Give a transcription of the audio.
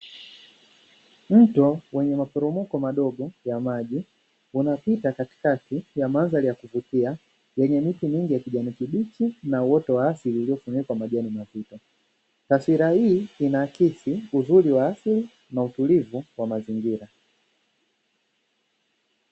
Mto wenye maporomoko madogo ya maji, unapita katikati ya mandhari ya kuvutia, yenye miti mingi ya kijani kibichi na uoto wa asili uliofunikwa majani mazito. Taswira hii inaakisi uzuri wa asili na utulivu wa mazingira.